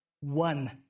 One